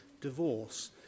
divorce